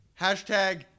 hashtag